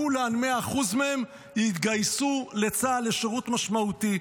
כולן, 100% מהן, יתגייסו לצה"ל לשירות משמעותי.